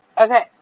Okay